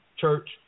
Church